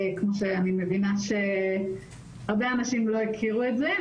כמו שאני מבינה שהרבה אנשים לא הכירו את זה,